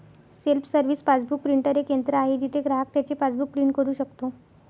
self service passbook printer एक यंत्र आहे जिथे ग्राहक त्याचे पासबुक प्रिंट करू शकतो